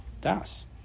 Das